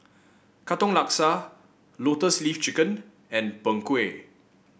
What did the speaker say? Katong Laksa Lotus Leaf Chicken and Png Kueh